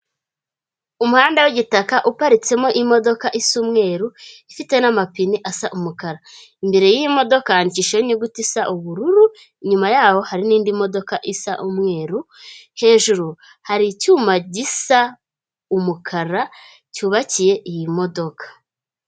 Umuhanda w'igitaka uparitsemo imodoka isa umweru, ifite n'amapine asa umukara, imbere y'iyo modoka yandidishijeho inyuguti isa ubururu, inyuma yaho hari n'indi modoka isa umweru, hejuru hari icyuma gisa umukara cyubakiye iyi modoka.